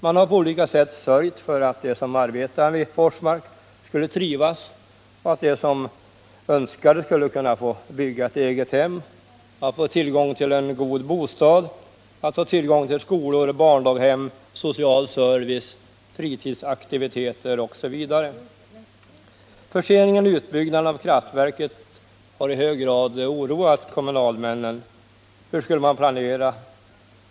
Man har på olika sätt sörjt för att de som arbetar vid Forsmark skulle trivas och att de som önskade skulle få bygga egna hem, få tillgång till en god bostad, skolor, barndaghem, social service, fritidsaktiviteter osv. Förseningen av utbyggnaden av kraftverket har i hög grad oroat kommunalmännen. Hur skulle man planera?